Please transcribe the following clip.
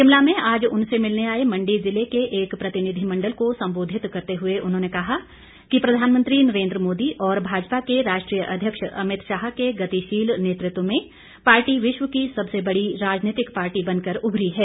शिमला में आज उनसे मिलने आए मंडी जिले के एक प्रतिनिधिमंडल को संबोधित करते हुए उन्होंने कहा कि प्रधानमंत्री नरेन्द्र मोदी और भाजपा के राष्ट्रीय अध्यक्ष अमित शाह के गतिशील नेतृत्व में पार्टी विश्व की सबसे बड़ी राजनीतिक पार्टी बनकर उभरी है